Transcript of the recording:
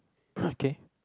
okay